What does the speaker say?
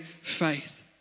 faith